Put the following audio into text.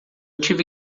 tive